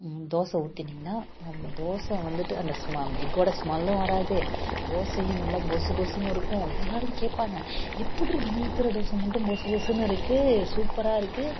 தோசை ஊற்றினீங்கன்னா தோசை வந்துட்டு அந்த ஸ்மெ எக்கோடய ஸ்மெல்லும் வராது தோசையும் நல்லா புசு புசுன்னு இருக்கும் எல்லாேரும் கேட்பாங்க எப்புடிறி நீ ஊற்றுற தோசை மட்டும் புசு புசுன்னு இருக்குது சூப்பராக இருக்குது